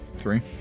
Three